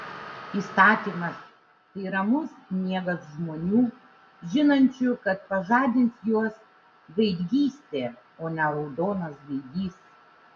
įstatymas tai ramus miegas žmonių žinančių kad pažadins juos gaidgystė o ne raudonas gaidys